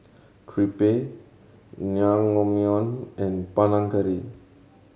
Crepe Naengmyeon and Panang Curry